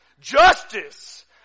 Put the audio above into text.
justice